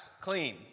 clean